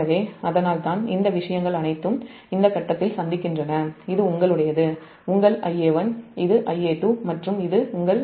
எனவே அதனால்தான் இந்த விஷயங்கள் அனைத்தும் இந்த கட்டத்தில் சந்திக்கின்றன இது உங்களுடையதுஉங்கள் Ia1 இது Ia2 மற்றும் இது உங்கள் Ia0